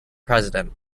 president